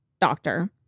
doctor